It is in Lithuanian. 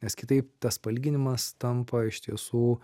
nes kitaip tas palyginimas tampa iš tiesų